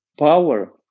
power